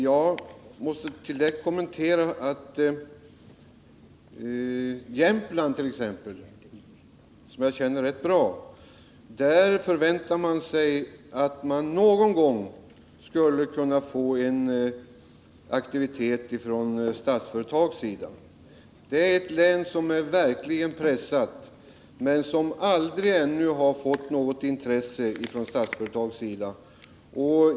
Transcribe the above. Jag måste direkt kommentera att man i Jämtland t.ex., som jag känner rätt bra, förväntar sig att någon gång få se någon aktivitet från Statsföretag. Det är ett län som verkligen är pressat men som Statsföretag ännu aldrig har visat något intresse för.